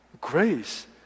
grace